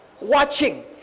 watching